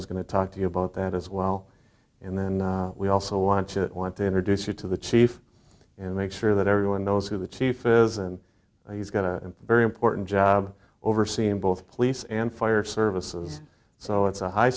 is going to talk to you both that as well and then we also want to want to introduce you to the chief and make sure that everyone knows who the chief is and he's got a very important job overseeing both police and fire services so it's a high